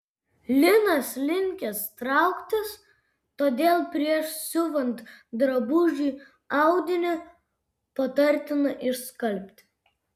linas linkęs trauktis todėl prieš siuvant drabužį audinį patartina išskalbti